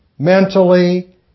mentally